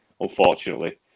unfortunately